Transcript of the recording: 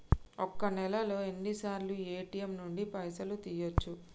ఒక్క నెలలో ఎన్నిసార్లు ఏ.టి.ఎమ్ నుండి పైసలు తీయచ్చు?